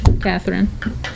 Catherine